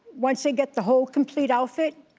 once they get the whole complete outfit,